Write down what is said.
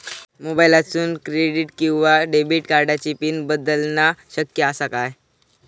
मोबाईलातसून क्रेडिट किवा डेबिट कार्डची पिन बदलना शक्य आसा काय?